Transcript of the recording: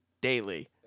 daily